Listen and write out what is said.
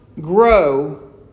grow